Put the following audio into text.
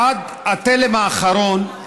עד התלם האחרון,